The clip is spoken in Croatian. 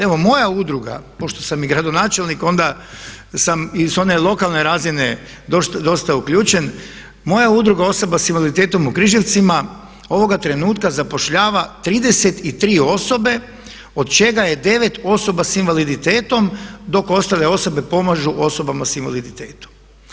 Evo moja udruga, pošto sam i gradonačelnik onda sam i sa one lokalne razine dosta uključen, moja Udruga osoba sa invaliditetom u Križevcima ovoga trenutka zapošljava 33 osobe od čega je 9 osoba sa invaliditetom dok ostale osobe pomažu osobama sa invaliditetom.